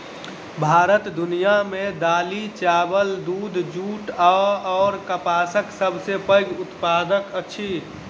भारत दुनिया मे दालि, चाबल, दूध, जूट अऔर कपासक सबसे पैघ उत्पादक अछि